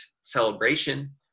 celebration